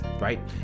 right